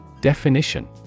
Definition